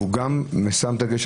הוא גם שם דגש,